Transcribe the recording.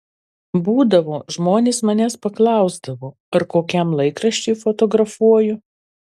būdavo žmonės manęs paklausdavo ar kokiam laikraščiui fotografuoju